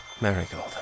Marigold